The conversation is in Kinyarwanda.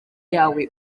yawe